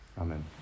Amen